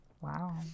wow